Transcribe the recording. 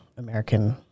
American